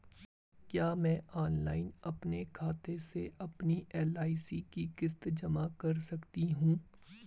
क्या मैं ऑनलाइन अपने खाते से अपनी एल.आई.सी की किश्त जमा कर सकती हूँ?